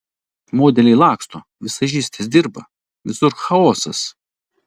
modeliai laksto vizažistės dirba visur chaosas